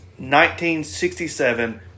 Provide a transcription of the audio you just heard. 1967